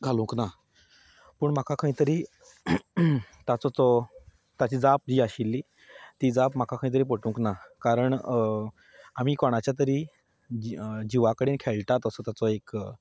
घालूंक ना पूण म्हाका खंय तरी ताचो जो ताची जाप जी आशिल्ली ती खंय तरी म्हाका पटूंक ना कारण आमी कोणाचे तरी जीवा कडेन खेळटात असो ताचो एक